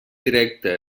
directa